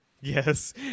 Yes